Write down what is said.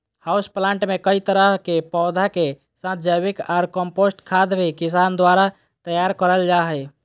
house plant मे कई तरह के पौधा के साथ जैविक ऑर कम्पोस्ट खाद भी किसान द्वारा तैयार करल जा हई